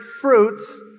fruits